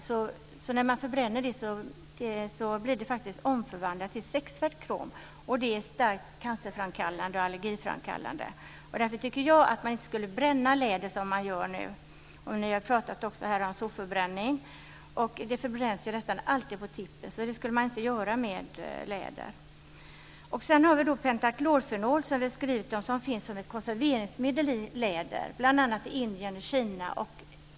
Men om man förbränner trevärd krom omvandlas det till sexvärd krom, och det är starkt cancerframkallande och allergiframkallande. Därför tycker jag att man inte ska bränna läder som man gör nu. Ni har pratat om sopförbränning. Sopor förbränns nästan alltid på tippen, och det skulle man inte göra med läder. Vi har skrivit om pentaklorfenol som finns som ett konserveringsmedel i läder, bl.a. i Indien och Kina.